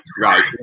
right